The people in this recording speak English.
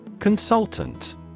Consultant